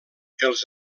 els